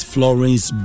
Florence